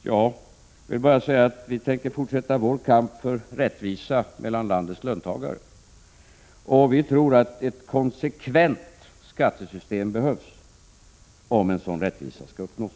Jag vill bara säga att vi tänker fortsätta vår kamp för rättvisa mellan landets löntagare och att vi tror att ett konsekvent skattesystem 31 behövs, om en sådan rättvisa skall uppnås.